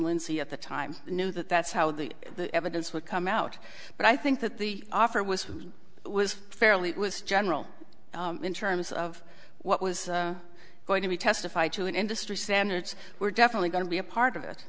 lindsay at the time knew that that's how the evidence would come out but i think that the offer was was fairly general in terms of what was going to testify to an industry standards were definitely going to be a part of it